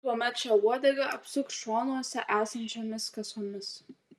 tuomet šią uodegą apsuk šonuose esančiomis kasomis